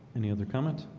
any other comment?